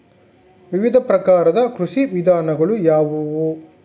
ವಿವಿಧ ಪ್ರಕಾರದ ಕೃಷಿ ವಿಧಾನಗಳು ಯಾವುವು?